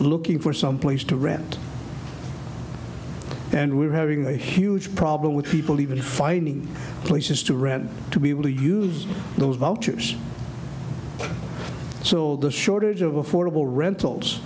looking for someplace to rent and we're having a huge problem with people even finding places to rent to be able to use those vultures so the shortage of affordable rentals